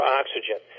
oxygen